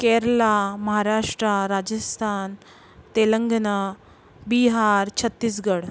Kerala Maharashtra Rajasthan Telangana Bihar Chhattisgarh